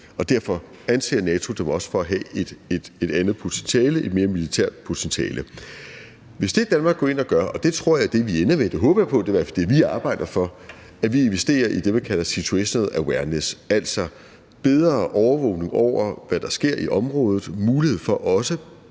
Derfor anser NATO dem også for at have et andet potentiale, et mere militært potentiale. Hvis det, Danmark går ind og gør – og det tror jeg er det, vi ender med at gøre, det håber jeg på, det er i hvert fald det, vi arbejder for – er at investere i det, man kalder situational awareness, altså bedre overvågning af, hvad der sker i området, mulighed for også